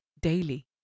daily